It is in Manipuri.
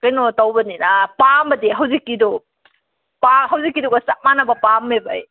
ꯀꯩꯅꯣ ꯇꯧꯕꯅꯤꯅ ꯄꯥꯝꯕꯗꯤ ꯍꯧꯖꯤꯛꯀꯤꯗꯣ ꯍꯧꯖꯤꯛꯀꯤꯗꯨꯒ ꯆꯞ ꯃꯥꯟꯅꯕ ꯄꯥꯝꯃꯦꯕ ꯑꯩ